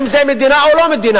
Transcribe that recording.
אם זה מדינה או לא מדינה.